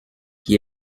qui